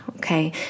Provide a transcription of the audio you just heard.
Okay